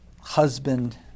husband